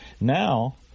Now